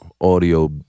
Audio